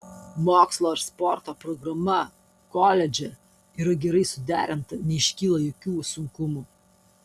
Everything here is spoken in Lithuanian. mokslo ir sporto programa koledže yra gerai suderinta neiškyla jokių sunkumų